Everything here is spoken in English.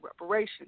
reparations